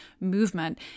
movement